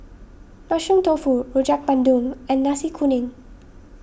Mushroom Tofu Rojak Bandung and Nasi Kuning